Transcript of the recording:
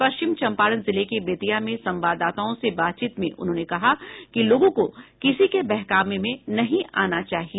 पश्चिम चंपारण जिले के बेतिया में संवाददाताओं से बातचीत में उन्होंने कहा कि लोगों को किसी के बहकावे में नहीं आना चाहिए